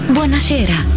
Buonasera